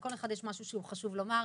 לכל אחד יש משהו שחשוב לו לומר.